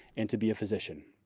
and to be a physician.